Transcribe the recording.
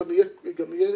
גם יהיה קוד